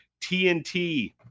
TNT